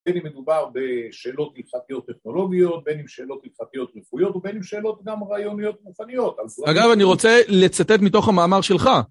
בין אם מדובר בשאלות הלכתיות טכנולוגיות, בין אם שאלות הלכתיות רפואיות, ובין אם שאלות גם רעיוניות מוכניות. אגב, אני רוצה לצטט מתוך המאמר שלך.